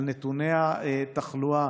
על נתוני התחלואה,